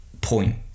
point